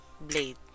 blade